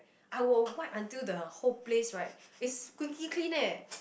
I would wipe until the whole place right is squeaky clean leh